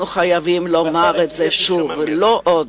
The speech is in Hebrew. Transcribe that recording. אנחנו חייבים לומר את זה שוב: לא עוד.